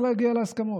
עצמם.